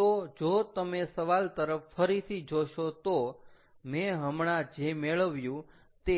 તો જો તમે સવાલ તરફ ફરીથી જોશો તો મેં હમણાં જે મેળવ્યું તે